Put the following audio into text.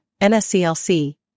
NSCLC